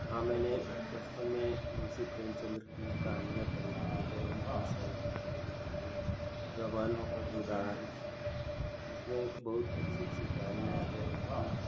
हाँ मैंने बचपन में मुन्शी प्रेमचन्द की कहानियाँ पढ़ी थीं उन्होंने कई सारी किताबें लिखी थीं गबन गोदान जिसमें बहुत अच्छी अच्छी कहानियाँ थीं